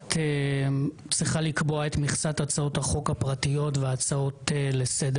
הכנסת צריכה לקבוע את מכסת הצעות החוק הפרטיות והצעות לסדר